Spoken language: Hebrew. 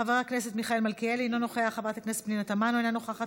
חברת הכנסת יעל כהן-פארן, אינה נוכחת,